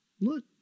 Look